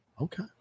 Okay